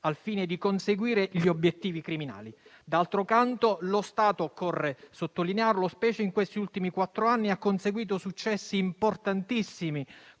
al fine di portare a termine gli obiettivi criminali. D'altro canto, lo Stato - occorre sottolinearlo - specie in questi ultimi quattro anni, ha conseguito successi importantissimi